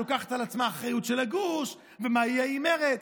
לוקחת על עצמה אחריות של הגוש ומה יהיה עם מרצ,